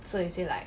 so you say like